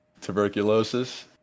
Tuberculosis